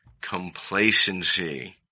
complacency